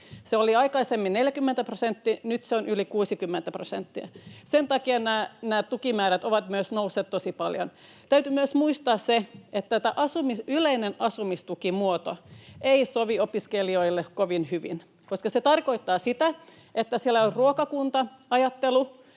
Se oli aikaisemmin 40 prosenttia, ja nyt se on yli 60 prosenttia. Sen takia nämä tukimäärät ovat myös nousseet tosi paljon. Täytyy myös muistaa, että yleisen asumistuen muoto ei sovi opiskelijoille kovin hyvin, koska se tarkoittaa sitä, että siellä on ruokakunta-ajattelu,